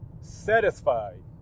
satisfied